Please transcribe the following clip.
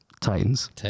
Titans